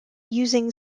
using